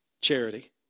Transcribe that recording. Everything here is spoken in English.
charity